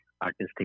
Artistic